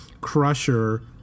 Crusher